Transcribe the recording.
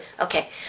Okay